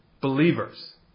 believers